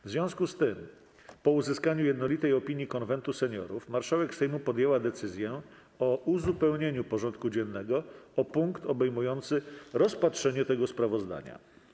W związku z tym, po uzyskaniu jednolitej opinii Konwentu Seniorów, marszałek Sejmu podjęła decyzję o uzupełnieniu porządku dziennego o punkt obejmujący rozpatrzenie tego sprawozdania.